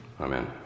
amen